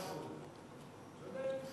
צודק מאה אחוז.